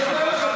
אני אומר לך.